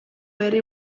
herri